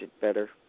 better